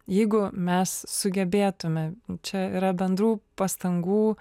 jeigu mes sugebėtume čia yra bendrų pastangų